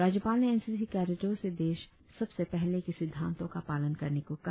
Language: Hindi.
राज्यपाल ने एन सी सी कैडेटों से देश सबसे पहले के सिद्धांतों का पालन करने को कहा